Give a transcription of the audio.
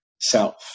self